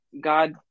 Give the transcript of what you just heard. God